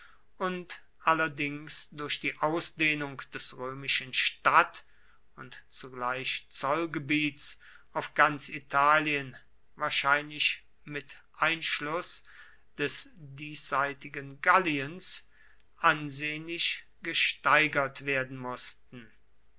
und allerdings durch die ausdehnung des römischen stadt und zugleich zollgebiets auf ganz italien wahrscheinlich mit einschluß des diesseitigen galliens ansehnlich gesteigert werden mußten